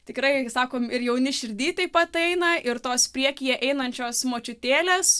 tikrai sakom ir jauni širdy taip pat eina ir tos priekyje einančios močiutėlės